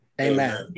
Amen